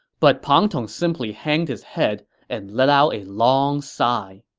but pang tong simply hanged his head and let out a long sigh